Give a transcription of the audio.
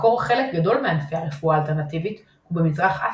מקור חלק גדול מענפי הרפואה האלטרנטיבית הוא במזרח אסיה,